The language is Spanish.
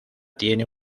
tiene